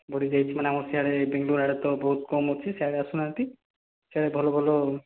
ବଢ଼ିଯାଇଛି ମାନେ ଆମର ସିଆଡ଼େ ବେଙ୍ଗଲୋର୍ ଆଡ଼େ ତ ବହୁତ କମ୍ ଅଛି ସିଆଡ଼େ ଆସୁନାହାଁନ୍ତି ସିଆଡ଼େ ଭଲ ଭଲ